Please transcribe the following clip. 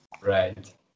Right